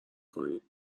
کنین